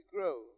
grow